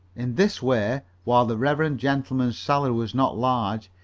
in this way, while the reverend gentleman's salary was not large,